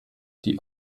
die